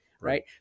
right